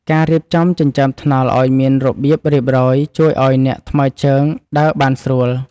ការរៀបចំចិញ្ចើមថ្នល់ឱ្យមានរបៀបរៀបរយជួយឱ្យអ្នកថ្មើរជើងដើរបានស្រួល។